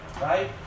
right